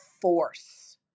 force